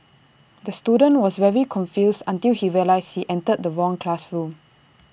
the student was very confused until he realised he entered the wrong classroom